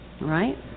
Right